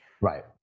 Right